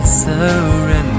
surrender